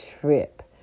trip